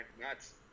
nuts